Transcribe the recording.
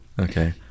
okay